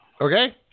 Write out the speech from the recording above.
Okay